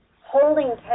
holding